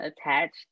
attached